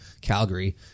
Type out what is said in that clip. Calgary